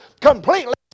completely